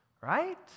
right